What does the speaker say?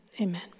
amen